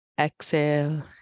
Exhale